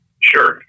Sure